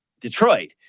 Detroit